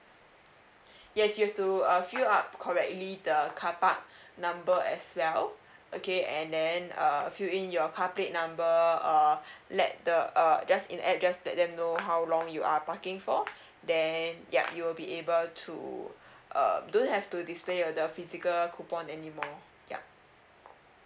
yes you've to uh fill up correctly the carpark number as well okay and then uh fill in your car plate number uh let the err just in add just let them know how long you are parking for then yup you'll be able to uh don't have to display your the physical coupon anymore yup